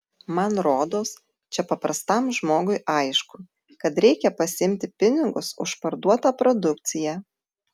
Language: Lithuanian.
man rodos čia paprastam žmogui aišku kad reikia pasiimti pinigus už parduotą produkciją